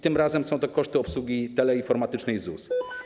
Tym razem są to koszty obsługi teleinformatycznej ZUS.